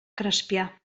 crespià